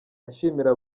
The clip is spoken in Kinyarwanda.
ashimira